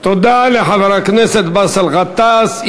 תודה לחבר הכנסת באסל גטאס.